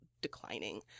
declining